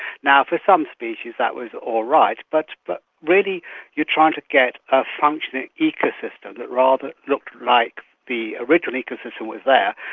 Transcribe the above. now, for some species that was all right, but but really you're trying to get a functioning ecosystem that rather looked like the original ecosystem that was there,